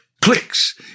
clicks